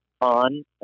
on